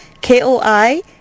K-O-I